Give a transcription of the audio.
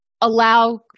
allow